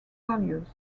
values